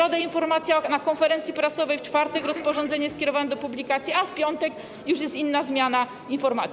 W środę informacja na konferencji prasowej, w czwartek rozporządzenie skierowane do publikacji, a w piątek już jest inna informacja.